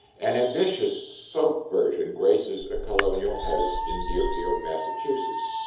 an ambitious folk version graces a colonial house in deerfield, massachusetts,